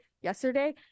yesterday